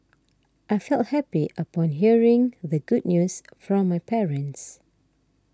I felt happy upon hearing the good news from my parents